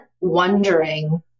wondering